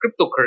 cryptocurrency